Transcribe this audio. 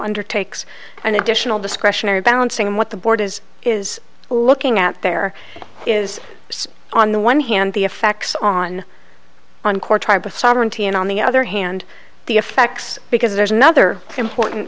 undertakes an additional discretionary balancing what the board is is looking at there is on the one hand the effects on on core tribal sovereignty and on the other hand the effects because there's another important